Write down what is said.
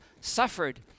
suffered